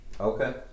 Okay